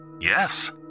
Yes